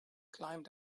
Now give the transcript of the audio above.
climbed